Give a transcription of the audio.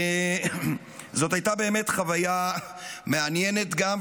זאת הייתה באמת חוויה מעניינת גם.